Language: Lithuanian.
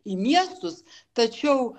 į miestus tačiau